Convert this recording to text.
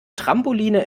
trampoline